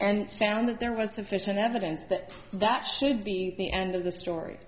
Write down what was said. and found that there was sufficient evidence that that should be the end of the story